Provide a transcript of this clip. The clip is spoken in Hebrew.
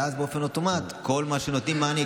ואז באופן אוטומטי כל מה שנותנים לו מענה,